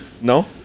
no